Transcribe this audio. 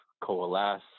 coalesce